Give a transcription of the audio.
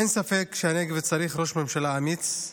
אין ספק כשהנגב צריך ראש ממשלה אמיץ,